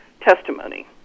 testimony